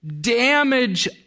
damage